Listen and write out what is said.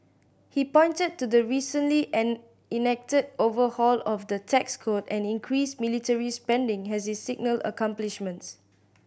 he pointed to the recently and enacted overhaul of the tax code and increased military spending as his signal accomplishments